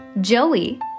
Joey